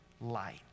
light